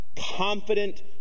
confident